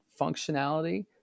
functionality